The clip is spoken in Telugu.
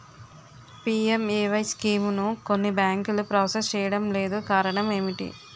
పి.ఎం.ఎ.వై స్కీమును కొన్ని బ్యాంకులు ప్రాసెస్ చేయడం లేదు కారణం ఏమిటి?